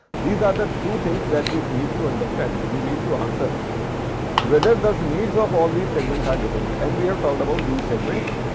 these are the two things that we need to understand. we need to answer whether the needs of all these segments are different and we have talked about these segments.